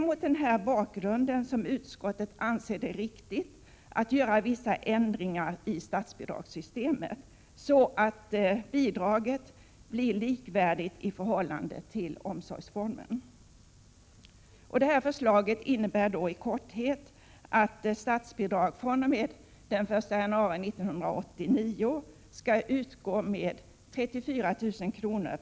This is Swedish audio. Mot den bakgrunden anser utskottet det viktigt att göra vissa ändringar i skall utgå med 34 000 kr.